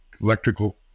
electrical